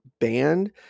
banned